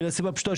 מין הסיבה הפשוטה,